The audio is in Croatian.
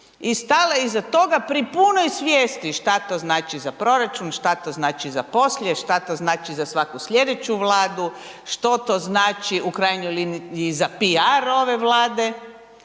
I stala je iza toga pri punoj svijesti što to znači za proračun, što to znači za poslije, što to znači za svaku sljedeću Vladu, što to znači u krajnjoj liniji i za PR ove Vlade.